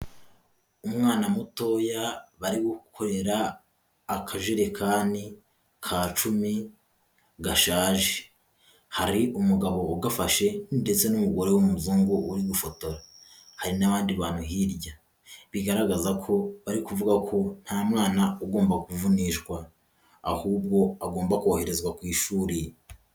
Umwana mutoya bari gukorera akajerekani ka cumi gashaje, hari umugabo ugafashe ndetse n'umugore w'umuzungu uri gufotora, hari n'abandi bantu hirya, bigaragaza ko bari kuvuga ko nta mwana ugomba kuvunishwa ahubwo agomba koherezwa ku ishuri.